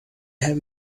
have